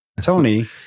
Tony